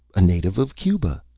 a native of cuba.